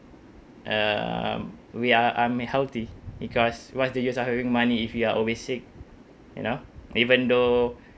um we are um healthy because what's the use of having money if you are always sick you know even though